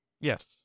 Yes